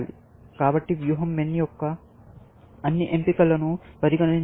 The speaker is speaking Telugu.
కాబట్టి వ్యూహం MIN యొక్క అన్ని ఎంపికలను పరిగణించాలి